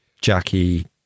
Jackie